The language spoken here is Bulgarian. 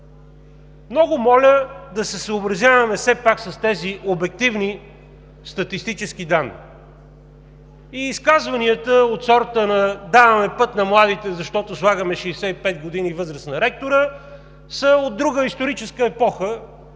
Много моля да се съобразяваме все пак с тези обективни статистически данни и изказванията от сорта на: „Даваме път на младите, защото слагаме 65-годишна възраст на ректора.“ са от друга историческа епоха,